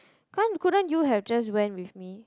can't couldn't you have just went with me